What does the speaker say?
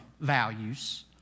values